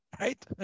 right